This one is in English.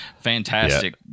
Fantastic